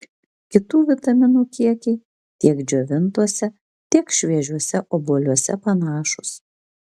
kitų vitaminų kiekiai tiek džiovintuose tiek šviežiuose obuoliuose panašūs